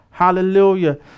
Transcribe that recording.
Hallelujah